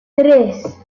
tres